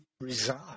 reside